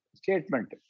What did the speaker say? statement